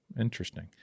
interesting